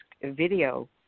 video